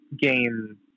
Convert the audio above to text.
game